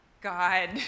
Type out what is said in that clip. God